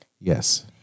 Yes